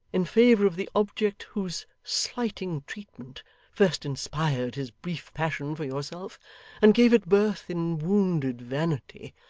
in favour of the object whose slighting treatment first inspired his brief passion for yourself and gave it birth in wounded vanity,